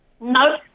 No